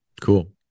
Cool